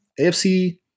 AFC